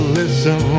listen